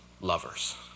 lovers